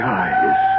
eyes